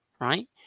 right